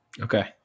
Okay